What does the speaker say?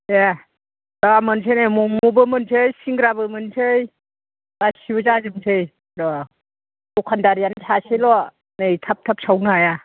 दे र' मोनसै नै मम'बो मोनसै सिंग्राबो मोनसै गासिबो जाजोबसै र' दखानदारियानो सासेल' नै थाब थाब सावनो हाया